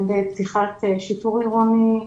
בפתיחת שיטור עירוני,